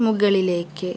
മുകളിലേക്ക്